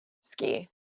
Ski